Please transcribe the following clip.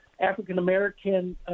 African-American